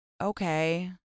okay